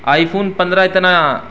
آئی phone پندرہ اتنا